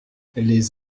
les